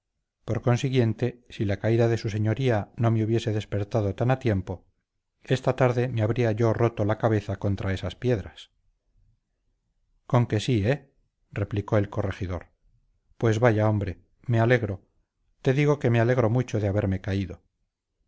por consiguiente si la caída de su señoría no me hubiese despertado tan a tiempo esta tarde me habría yo roto la cabeza contra esas piedras conque sí eh replicó el corregidor pues vaya hombre me alegro te digo que me alegro mucho de haberme caído